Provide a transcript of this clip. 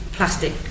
plastic